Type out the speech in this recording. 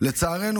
לצערנו,